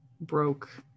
broke